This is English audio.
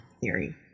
theory